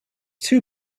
too